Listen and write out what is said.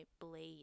blade